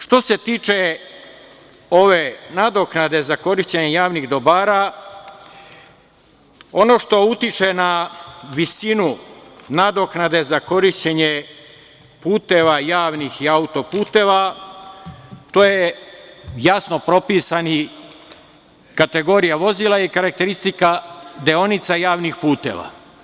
Što se tiče ove nadoknade za korišćenje javnih dobara, ono što utiče na visinu nadoknade za korišćenje puteva javnih i auto-puteva, to je jasno propisana kategorija vozila i karakteristika deonica javnih puteva.